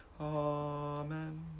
amen